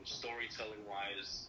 storytelling-wise